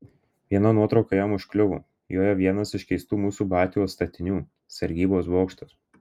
viena nuotrauka jam užkliuvo joje vienas iš keistų mūsų batios statinių sargybos bokštas